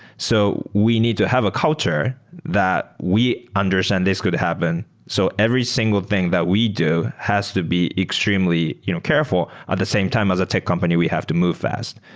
so we need to have a culture that we understand this could have happen. so every single thing that we do has to be extremely you know careful. at the same time as a tech company we have to move fast.